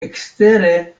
ekstere